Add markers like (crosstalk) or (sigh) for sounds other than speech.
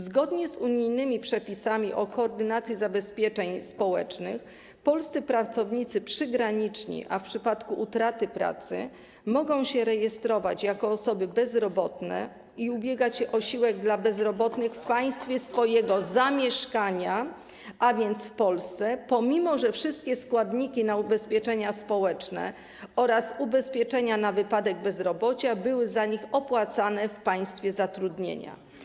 Zgodnie z unijnymi przepisami o koordynacji zabezpieczeń społecznych polscy pracownicy przygraniczni w przypadku utraty pracy mogą się rejestrować jako osoby bezrobotne i ubiegać się o zasiłek dla bezrobotnych (applause) w państwie swojego zamieszkania, a więc w Polsce, pomimo że wszystkie składniki na ubezpieczenia społeczne oraz ubezpieczenia na wypadek bezrobocia były za nich opłacane w państwie zatrudnienia.